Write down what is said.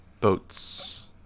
Boats